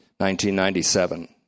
1997